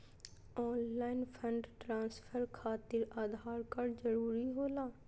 Online fund transfer खातिर Aadhaar card जरूरी होला?